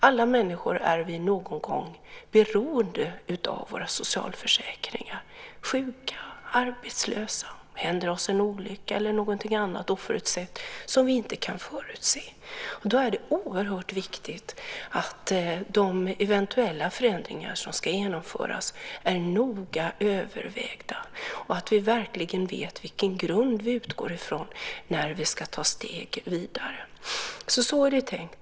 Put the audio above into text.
Alla vi människor är någon gång beroende av våra socialförsäkringar. Vi är sjuka eller arbetslösa. Det händer oss en olycka eller någonting annat som vi inte kan förutse. Då är det oerhört viktigt att de eventuella förändringar som ska genomföras är noga övervägda och att vi verkligen vet vilken grund vi utgår från när vi ska ta steg vidare. Så är det tänkt.